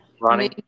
ronnie